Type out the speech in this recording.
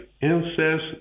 incest